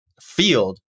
field